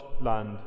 land